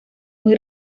muy